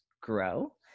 grow